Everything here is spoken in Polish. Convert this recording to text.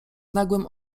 nagłym